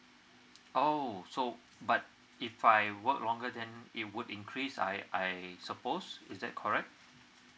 oh so but if I work longer then it would increase I I suppose is that correct